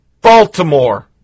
Baltimore